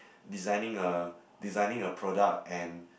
designing a designing a product and